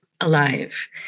alive